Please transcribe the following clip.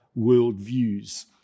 worldviews